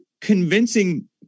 convincing